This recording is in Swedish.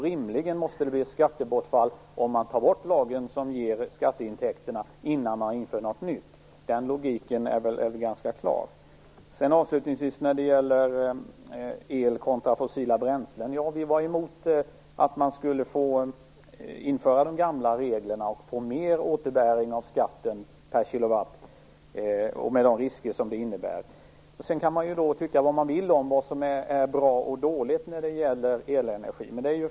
Rimligen måste det bli ett skattebortfall om man tar bort lagen som ger skatteintäkterna innan man inför något nytt. Den logiken är väl ganska klar. Avslutningsvis skall jag ta upp det här med el kontra fossila bränslen. Ja - vi var emot att införa de gamla reglerna och få mer återbäring på skatten per kilowatt, med de risker som det innebär. Sedan kan man tycka vad man vill om vad som är bra och dåligt när det gäller elenergi.